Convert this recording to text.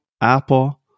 Apple